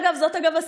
אגב,